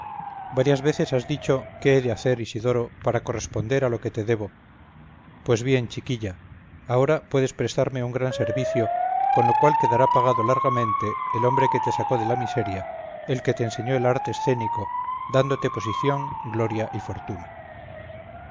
varias veces has dicho qué he de hacer isidoro para corresponder a lo que te debo pues bien chiquilla ahora puedes prestarme un gran servicio con lo cual quedará pagado largamente el hombre que te sacó de la miseria el que te enseñó el arte escénico dándote posición gloria y fortuna